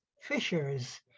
fishers